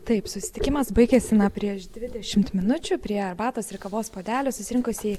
taip susitikimas baigėsi na prieš dvidešimt minučių prie arbatos ir kavos puodelio susirinkusie